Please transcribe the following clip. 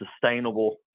sustainable